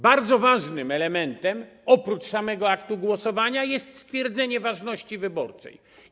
Bardzo ważnym elementem oprócz samego aktu głosowania jest stwierdzenie ważności wyborów.